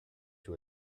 you